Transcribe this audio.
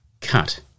cut